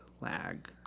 lag